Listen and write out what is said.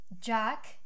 Jack